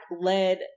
led